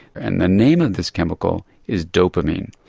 and the name of this chemical is dopamine.